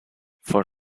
for